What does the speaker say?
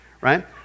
right